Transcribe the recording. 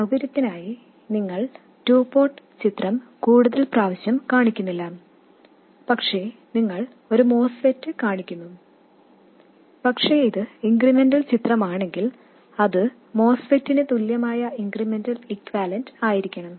സൌകര്യത്തിനായി നിങ്ങൾ two port ചിത്രം കൂടുതൽ പ്രാവശ്യം കാണിക്കുന്നില്ല പക്ഷേ നിങ്ങൾ ഒരു മോസ്ഫെറ്റ് കാണിക്കുന്നു പക്ഷേ ഇത് ഇൻക്രിമെന്റൽ ചിത്രമാണെങ്കിൽ അത് മോസ്ഫെറ്റിനു തുല്യമായ ഇൻക്രിമെന്റൽ ഇക്യുവാലെന്റ്റ് ആയിരിക്കണം